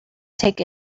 take